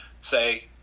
say